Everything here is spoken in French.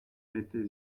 mettez